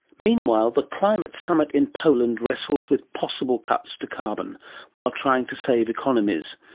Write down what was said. meanwhile the climate summit in poland wrestles with possible cuts to carbon while trying to save economies,